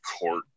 court